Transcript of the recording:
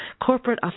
corporate